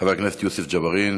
חבר הכנסת יוסף ג'בארין,